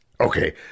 Okay